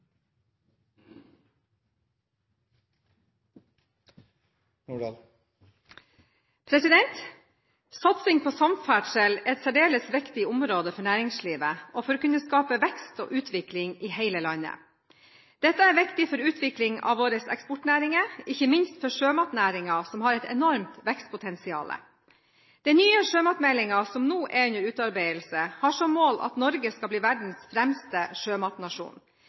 anviser. Satsing på samferdsel er særdeles viktig for næringslivet og for å kunne skape vekst og utvikling i hele landet. Det er viktig for utviklingen av våre eksportnæringer, ikke minst for sjømatnæringen, som har et enormt vekstpotensial. Den nye sjømatmeldingen som er under utarbeidelse, har som mål at Norge skal bli verdens fremste sjømatnasjon.